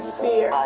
fear